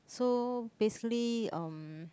so basically um